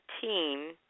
team